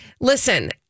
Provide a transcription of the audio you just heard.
Listen